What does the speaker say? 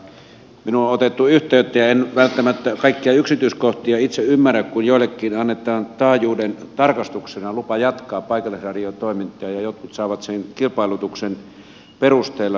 minuun on otettu yhteyttä ja en välttämättä kaikkia yksityiskohtia itse ymmärrä kun joillekin annetaan taajuuden tarkastuksena lupa jatkaa paikallisradiotoimintaa ja jotkut saavat sen kilpailutuksen perusteella